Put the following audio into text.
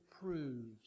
proved